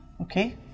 Okay